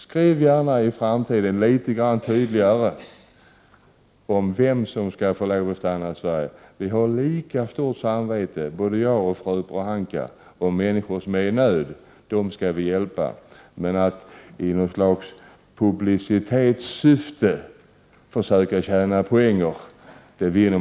Skriv gärna i framtiden litet grand tydligare vem som skall få lov att stanna i Sverige. Både fru Pohanka och jag har lika stort samvete för de människor som är i nöd. Vi skall hjälpa dem. Men man vinner ingenting långsiktigt på att i publicitetssyfte försöka tjäna poänger.